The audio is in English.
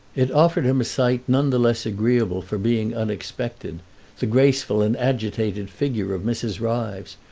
it offered him a sight none the less agreeable for being unexpected the graceful and agitated figure of mrs. ryves.